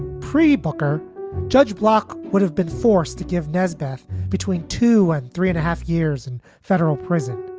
pre bucker judge block would have been forced to give nesbitt's between two and three and a half years in federal prison.